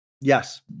yes